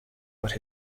but